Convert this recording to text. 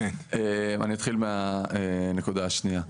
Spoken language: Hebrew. אני אתחיל מהנקודה השנייה.